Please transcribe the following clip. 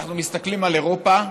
אנחנו מסתכלים על אירופה.